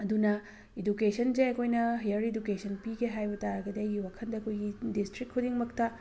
ꯑꯗꯨꯅ ꯏꯗꯨꯀꯦꯁꯟꯁꯦ ꯑꯩꯈꯣꯏꯅ ꯍꯌꯥꯔ ꯏꯗꯨꯀꯦꯁꯟ ꯄꯤꯒꯦ ꯍꯥꯏꯕ ꯇꯥꯔꯒꯗꯤ ꯑꯩꯒꯤ ꯋꯥꯈꯟꯗ ꯑꯩꯈꯣꯏꯒꯤ ꯗꯤꯁꯇ꯭ꯔꯤꯛ ꯈꯨꯗꯤꯡꯃꯛꯇ